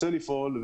רוצה לפעול,